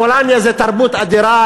פולניה זה תרבות אדירה,